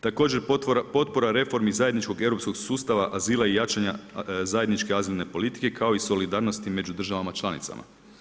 Također, potpora reformi zajedničkog i europskog sustava azila i jačanja zajedničke azijske politike kao i solidarnosti među država članicama.